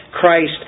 Christ